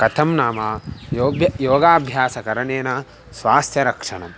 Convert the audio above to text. कथं नाम योभ्यः योगाभ्यासकरणेन स्वास्थ्यरक्षणम्